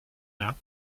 now